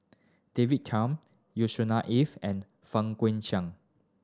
David Tham Yusnor Ef and Fang Guixiang